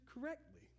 correctly